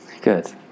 Good